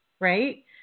right